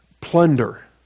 plunder